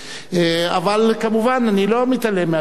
אבל כמובן, אני לא מתעלם מהדברים האלה.